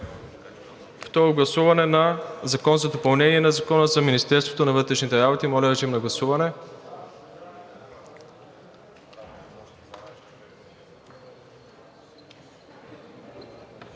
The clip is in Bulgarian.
Второ гласуване на Закона за допълнение на Закона за Министерството на вътрешните работи. Моля, режим на гласуване.